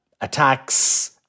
attacks